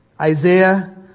Isaiah